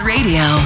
Radio